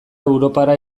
europara